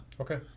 okay